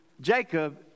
Jacob